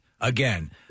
Again